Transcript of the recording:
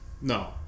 No